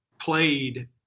played